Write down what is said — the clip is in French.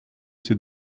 c’est